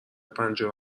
پنجره